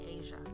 Asia